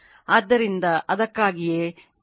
ಆದ್ದರಿಂದ ಅದಕ್ಕಾಗಿಯೇ 2 LC